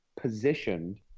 positioned